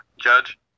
judge